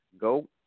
go